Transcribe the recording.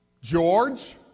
George